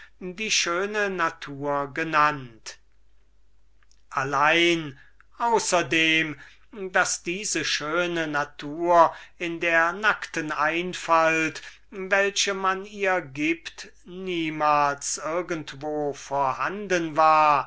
die schöne natur genannt allein außerdem daß diese schöne natur in dieser nackten einfalt welche man ihr gibt niemals irgendwo vorhanden war